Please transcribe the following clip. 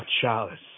chalice